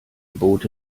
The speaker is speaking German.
boote